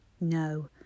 No